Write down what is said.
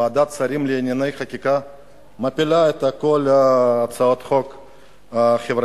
ועדת השרים לענייני חקיקה מפילה את כל הצעות החוק החברתיות?